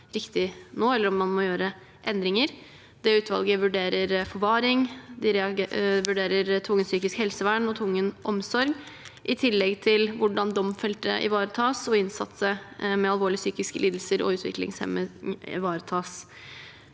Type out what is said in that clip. eller om man må gjøre endringer. Det utvalget vurderer forvaring, tvungent psykisk helsevern og tvungen omsorg, i tillegg til hvordan domfelte og innsatte med alvorlige psykiske lidelser og utviklingshemming